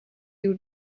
you